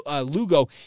Lugo